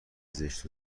زشت